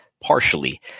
partially